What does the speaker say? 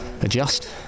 adjust